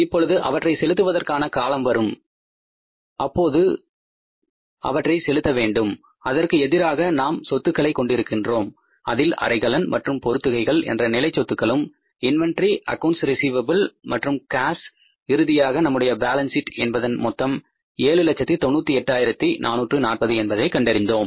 எப்பொழுது அவற்றை செலுத்துவதற்கான காலம் வருமோ அப்போது அவற்றை செலுத்தவேண்டும் அதற்கு எதிராக நாம் சொத்துக்களை கொண்டிருக்கின்றோம் அதில் அபர்னிசர் அண்ட் பிக்சர்ஸ் என்ற நிலை சொத்துக்களும் இன்வெண்ட்டரி அக்கவுண்ட்ஸ் ரிஸீவப்ள்ஸ் மற்றும் கேஷ் இறுதியாக நம்முடைய பேலன்ஸ் ஷீட் என்பதன் மொத்தம் 798440 என்பதை கண்டறிந்தோம்